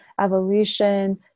evolution